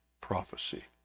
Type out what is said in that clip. prophecy